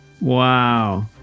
Wow